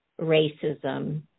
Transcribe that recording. racism